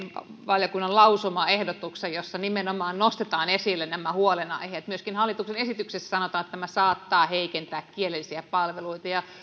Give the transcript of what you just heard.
valiokunnan lausumaehdotuksen jossa nimenomaan nostetaan esille nämä huolenaiheet myöskin hallituksen esityksessä sanotaan että tämä saattaa heikentää kielellisiä palveluita ja